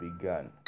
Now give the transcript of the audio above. begun